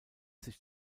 sich